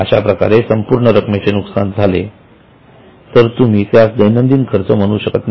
अशा प्रकारे संपूर्ण रकमेचे नुकसान झाले तर तुम्ही त्यास दैनंदिन खर्च म्हणू शकत नाही